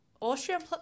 Austrian